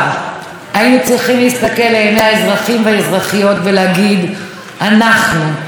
אנחנו עושים הכול כדי שהרצח הבא לא יהיה,